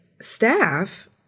staff